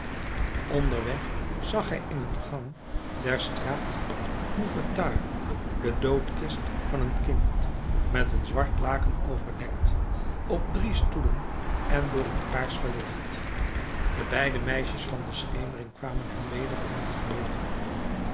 onderweg zag hij in een gang der straat mouffetard de doodkist van een kind met een zwart laken overdekt op drie stoelen en door een kaars verlicht de beide meisjes van de schemering kwamen hem weder in t geheugen